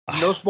No